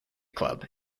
club